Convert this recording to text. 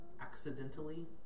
accidentally